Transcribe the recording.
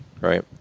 right